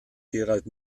gerald